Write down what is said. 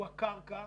הקרקע.